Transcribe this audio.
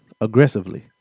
aggressively